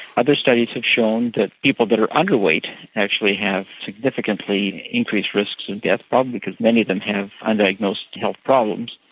other studies have shown that people that are underweight actually have significantly increased risks of and death, probably because many of them have undiagnosed health problems.